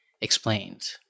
explained